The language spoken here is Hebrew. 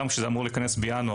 גם כשהיה אמור להיכנס בינואר,